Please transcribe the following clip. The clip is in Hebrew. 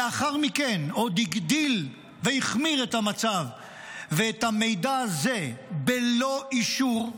לאחר מכן עוד הגדיל והחמיר את המצב ואת המידע הזה בלא אישור,